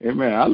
Amen